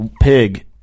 pig